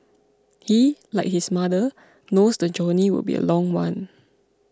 he like his mother knows the journey will be a long one